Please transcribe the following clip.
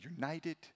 united